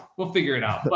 we'll figure it out, but,